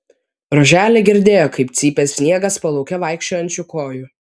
roželė girdėjo kaip cypė sniegas po lauke vaikščiojančiųjų kojų